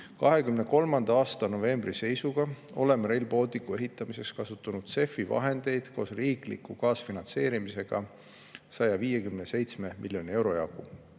2023. aasta novembri seisuga olime Rail Balticu ehitamiseks kasutanud CEF‑i vahendeid koos riikliku kaasfinantseerimisega 157 miljoni euro jagu.